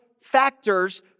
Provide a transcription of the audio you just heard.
factors